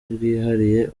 bwihariye